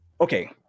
okay